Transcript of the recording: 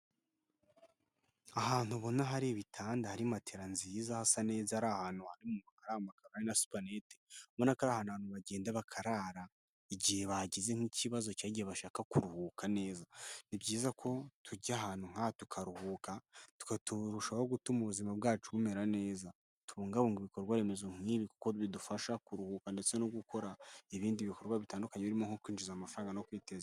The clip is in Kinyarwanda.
Ahantu ubona hari ibitanda hari matela nziza hasa neza ari ahantu hari na supaneti ubona ko ari ahantu abantu bagenda bakarara igihe bahagize nk'ikibazo cyagiye bashaka kuruhuka neza, ni byiza ko tujya ahantu nk'aha tukaruhuka, tukarushaho gutuma ubuzima bwacu bumera neza tubungabunga ibikorwa remezo nk'ibi kuko bidufasha kuruhuka ndetse no gukora ibindi bikorwa bitandukanye birimo nko kwinjiza amafaranga no kwiteza imbere.